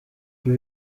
ibi